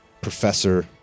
Professor